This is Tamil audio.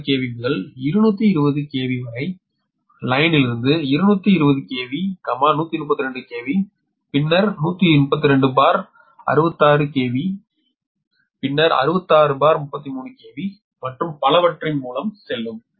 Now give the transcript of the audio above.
6 kV முதல் 220 kV வரை 220 kV வரியிலிருந்து 220 kV 132 kV பின்னர் 13266 kV பின்னர் 6633 kV மற்றும் பலவற்றின் மூலம் செல்லும்